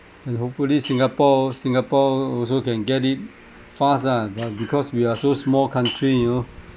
and hopefully singapore singapore also can get it fast lah but because we are so small country you know